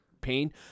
pain